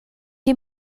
die